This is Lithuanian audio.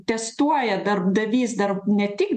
testuoja darbdavys dar ne tik